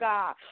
God